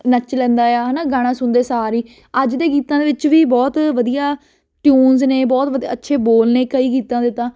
ਨੱਚ ਲੈਂਦਾ ਆ ਹੈ ਨਾ ਗਾਣਾ ਸੁਣਦੇ ਸਾਰ ਹੀ ਅੱਜ ਦੇ ਗੀਤਾਂ ਦੇ ਵਿੱਚ ਵੀ ਬਹੁਤ ਵਧੀਆ ਟਿਊਨਸ ਨੇ ਬਹੁਤ ਵਧੀਆ ਅੱਛੇ ਬੋਲ ਨੇ ਕਈ ਗੀਤਾਂ ਦੇ ਤਾਂ